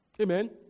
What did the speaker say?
Amen